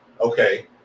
okay